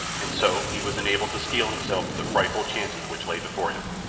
and so he was enabled to steel himself to the frightful chances which lay before him.